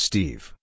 Steve